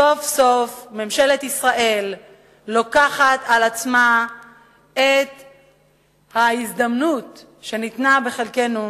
סוף סוף ממשלת ישראל מנצלת את ההזדמנות שנפלה בחלקנו,